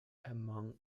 among